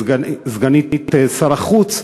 סגנית שר החוץ,